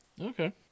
Okay